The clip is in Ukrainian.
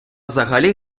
взагалі